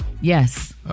Yes